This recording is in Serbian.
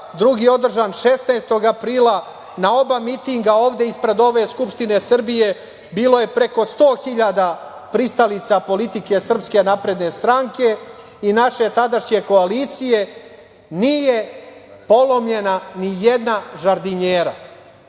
drugi je održan 16. aprila, na oba mitinga ovde ispred ove Skupštine Srbije bilo je preko 100.000 pristalica politike SNS i naše tadašnje koalicije, nije polomljena nijedna žardinjera,